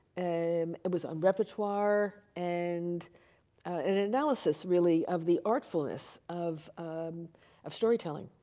and it was on repertoire. and and an analysis really of the artfulness of of storytelling.